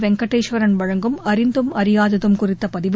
வெங்கடேஸ்வரன் வழங்கும் அறிந்ததும் அறியாததும் குறித்த பதிவு